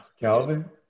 Calvin